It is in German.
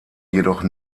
jedoch